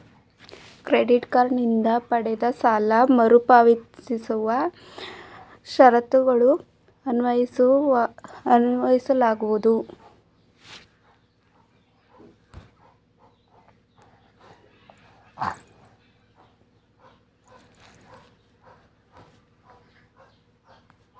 credit card ನಿಂದ ಪಡೆದ ಸಾಲ ಮರುಪಾವತಿಸುವ ಷರತ್ತುಗಳು ಅನ್ವಯವಾಗುತ್ತವೆ